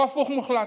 הוא הפוך מוחלט.